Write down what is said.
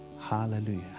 Hallelujah